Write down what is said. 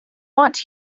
want